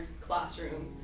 classroom